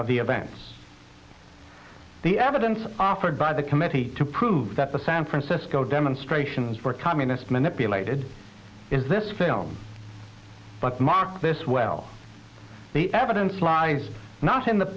of the events the evidence offered by the committee to prove that the san francisco demonstrations were communist manipulated is this film but mark this well the evidence lies not in the